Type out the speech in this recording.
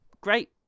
Great